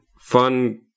Fun